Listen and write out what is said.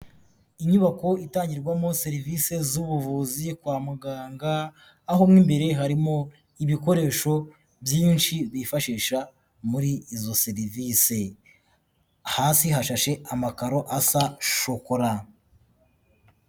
Inyubako itangirwamo serivisi z'ubuvuzi kwa muganga, aho mo imbere harimo ibikoresho byinshi bifashisha muri izo serivisi, hasi hashashe amakaro asa shokora.